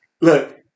Look